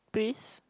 please